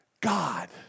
God